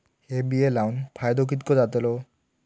हे बिये लाऊन फायदो कितको जातलो?